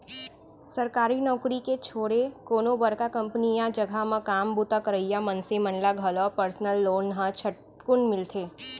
सरकारी नउकरी के छोरे कोनो बड़का कंपनी या जघा म काम बूता करइया मनसे मन ल घलौ परसनल लोन ह झटकुन मिलथे